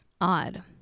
Odd